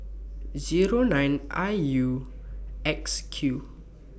Zero nine I U X Q